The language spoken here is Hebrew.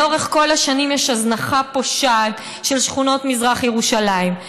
לאורך כל השנים יש הזנחה פושעת של שכונות מזרח ירושלים,